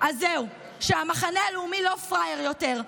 אז זהו, שהמחנה הלאומי לא פראייר יותר.